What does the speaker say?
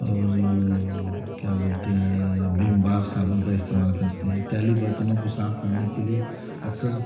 और जो क्या बोलते हैं विम बार साबुन का इस्तेमाल करती हैं पहले बर्तनों को साफ करने के लिए अक्सर